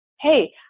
hey